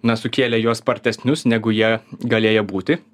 na sukėlė juos spartesnius negu jie galėjo būti